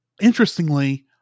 interestingly